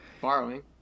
borrowing